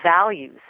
values